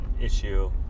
issue